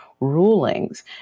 rulings